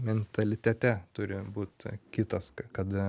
mentalitete turi būt kitas kad